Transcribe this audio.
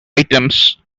items